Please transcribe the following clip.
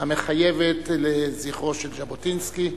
המחייבת לזכרו של ז'בוטינסקי.